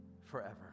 forever